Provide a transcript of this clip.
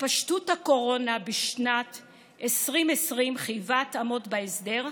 התפשטות הקורונה בשנת 2020 חייבה התאמות בהסדר,